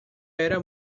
era